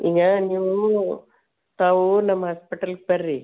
ಈಗ ನೀವು ತಾವು ನಮ್ಮ ಹಾಸ್ಪಿಟಲ್ಗೆ ಬನ್ರಿ